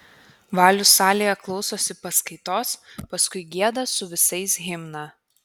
valius salėje klausosi paskaitos paskui gieda su visais himną